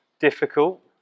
difficult